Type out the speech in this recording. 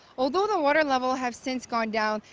although the water levels have since gone down,